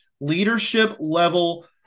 leadership-level